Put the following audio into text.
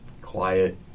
quiet